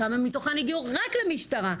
כמה מתוכן הגיעו רק למשטרה,